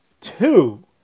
two